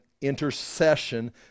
intercession